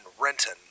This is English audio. Renton